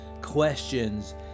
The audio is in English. questions